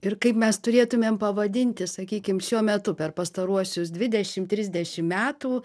ir kaip mes turėtumėm pavadinti sakykim šiuo metu per pastaruosius dvidešim trisdešim metų